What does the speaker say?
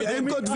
למי?